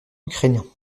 ukrainien